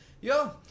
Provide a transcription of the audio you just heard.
Yo